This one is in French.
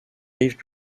rives